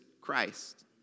Christ